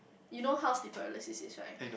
you know how deep paralysis is right